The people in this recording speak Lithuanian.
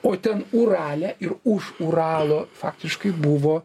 o ten urale ir už uralo faktiškai buvo